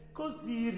così